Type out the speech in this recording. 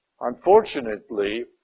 Unfortunately